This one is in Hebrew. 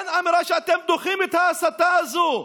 אין אמירה שאתם דוחים את ההסתה הזאת?